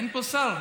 אין פה שר.